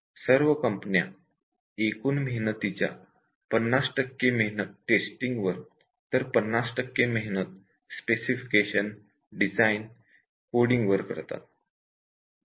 सर्व कंपन्या एकूण मेहनतीच्या 50 टक्के मेहनत टेस्टिंग वर तर 50 टक्के मेहनत स्पेसिफिकेशन डिझाईन कोडींग वर करतात